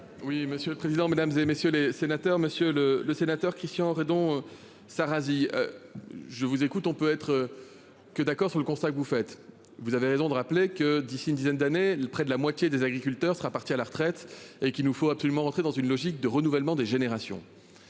Oui, monsieur le président, Mesdames, et messieurs les sénateurs, Monsieur le le sénateur Christian Rey dans sa Razi. Je vous écoute, on peut être. Que d'accord sur le constat que vous faites, vous avez raison de rappeler que d'ici une dizaine d'années près de la moitié des agriculteurs sera parti à la retraite et qu'il nous faut absolument rentrer dans une logique de renouvellement des générations.